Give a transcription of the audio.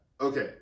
Okay